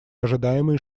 ожидаемые